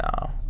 no